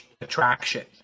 attraction